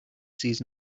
sees